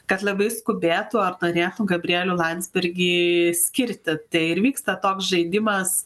kad labai skubėtų ar turėtų gabrielių landsbergį skirti tai ir vyksta toks žaidimas